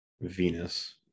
venus